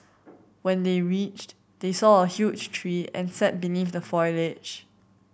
when they reached they saw a huge tree and sat beneath the foliage